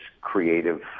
creative